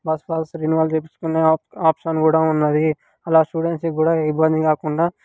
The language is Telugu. బస్ పాస్ రెన్యూవల్ చేపించుకొనే ఆప్షన్ కూడా ఉన్నది అలా స్టూడెంట్స్కి కూడా ఇబ్బంది కాకుండా